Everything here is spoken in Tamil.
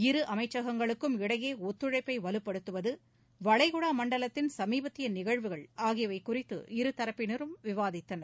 இரு அமைச்சகங்களுக்கும் இடையே ஒத்துழைப்பை வலுப்படுத்துவது வளைகுடா மண்டலத்தின் சமீபத்திய நிகழ்வுகள் ஆகியவை குறித்து இருதரப்பினரும் விவாதித்தனர்